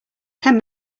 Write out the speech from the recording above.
ten